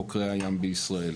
אני מייצג פה את חוקרי הים בישראל.